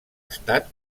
estat